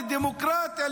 לדמוקרטיה,